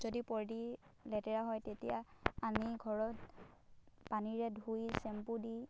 যদি পৰি লেতেৰা হয় তেতিয়া আনি ঘৰত পানীৰে ধুই চেম্পু দি